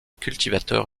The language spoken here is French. cultivateur